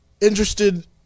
interested